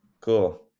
Cool